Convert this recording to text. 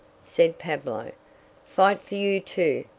said pablo fight for you too,